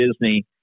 Disney